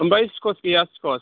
ओमफ्राय स्कुवास गैया स्कुवास